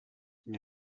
mně